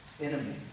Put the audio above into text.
enemy